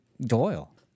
Doyle